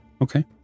okay